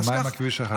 ומה עם הכביש החדש?